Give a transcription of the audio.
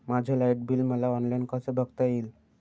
माझे light bill मला online कसे बघता येईल?